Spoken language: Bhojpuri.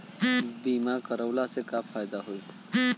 बीमा करवला से का फायदा होयी?